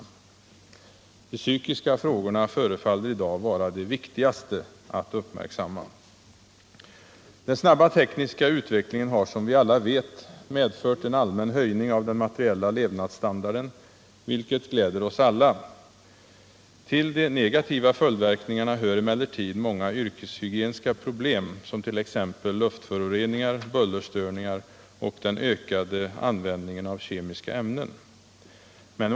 Det förefaller i dag som om de psykiska frågorna skulle vara viktigast att uppmärksamma. Den snabba tekniska utvecklingen har som vi alla vet medfört en allmän höjning av den materiella levnadsstandarden, vilket glädjer oss alla. Till de negativa följderna hör emellertid många yrkeshygieniska problem, t.ex. luftföroreningar, bullerstörningar och ökad användning av kemiska ämnen.